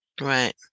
Right